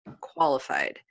qualified